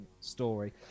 story